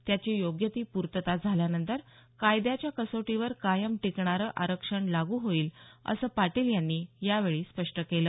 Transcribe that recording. त्याची योग्य ती पूर्तता झाल्यानंतर कायद्याच्या कसोटीवर कायम टिकणारं आरक्षण लागू होईल असं पाटील यांनी यावेळी स्पष्ट केलं